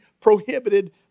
prohibited